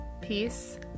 peace